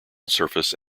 surface